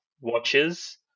watches